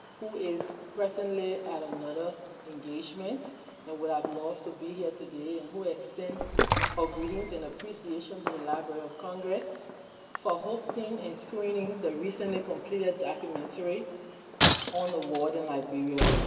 who is presently at another engagement, and would have loved to be here today, and who extends her greetings and appreciation to the library of congress for hosting and screening the recently completed documentary on the war in liberia.